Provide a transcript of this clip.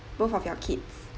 both of your kids